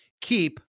Keep